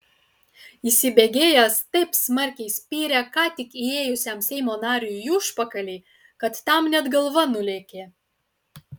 įsibėgėjęs taip smarkiai spyrė ką tik įėjusiam seimo nariui į užpakalį kad tam net galva nulėkė